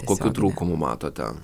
kokių trūkumų matote